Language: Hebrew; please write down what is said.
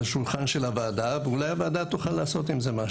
השולחן של הוועדה ואולי הוועדה תוכל לעשות משהו.